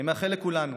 אני מאחל לכולנו